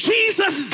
Jesus